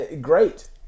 Great